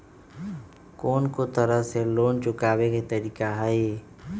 कोन को तरह से लोन चुकावे के तरीका हई?